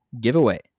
giveaway